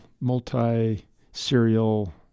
multi-serial